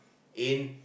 in